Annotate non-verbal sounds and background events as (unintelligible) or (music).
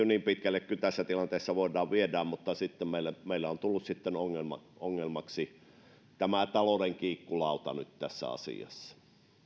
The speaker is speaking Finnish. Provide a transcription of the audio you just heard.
(unintelligible) niin pitkälle kuin tässä tilanteessa voidaan viedä mutta meillä meillä on tullut nyt sitten ongelmaksi tämä talouden kiikkulauta tässä asiassa